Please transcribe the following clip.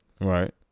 Right